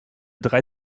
drei